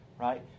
right